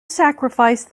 sacrifice